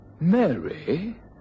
Mary